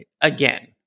again